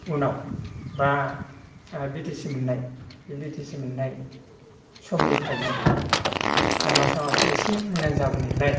उनाव एबा बिटिसि मोननाय बे बिटिसि मोननाय समनिफ्रायनो लामा सामाफ्रा एसे मोजां जाबोनायलाय